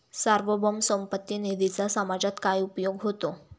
सार्वभौम संपत्ती निधीचा समाजात काय उपयोग होतो?